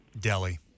Delhi